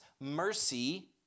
mercy